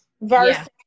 versus